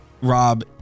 Rob